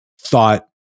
thought